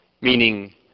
Meaning